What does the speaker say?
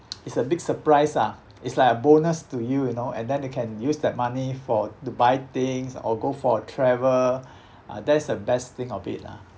it's a big surprise ah it's like a bonus to you you know and then you can use that money for to buy things or go for travel ah that's the best thing of it lah